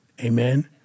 Amen